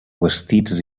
vestits